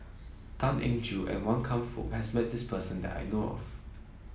Tan Eng Joo and Wan Kam Fook has met this person that I know of